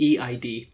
EID